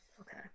Okay